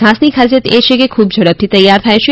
ધાસની ખાસિયત એ છે કે ખૂબ ઝડપી તૈયાર થયા છે